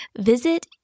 Visit